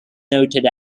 noted